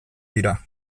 dira